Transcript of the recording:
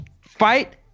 fight